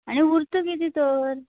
आनी उरत कितें तर